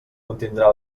contindrà